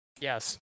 Yes